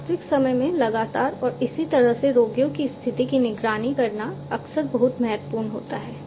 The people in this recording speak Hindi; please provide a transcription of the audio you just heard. वास्तविक समय में लगातार और इसी तरह से रोगियों की स्थिति की निगरानी करना अक्सर बहुत महत्वपूर्ण होता है